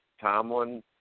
Tomlin